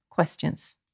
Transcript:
Questions